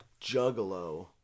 juggalo